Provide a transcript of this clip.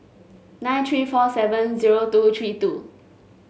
nine three four seven zero two three two